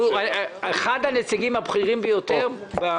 הוא אחד הנציגים הבכירים ביותר במשרד.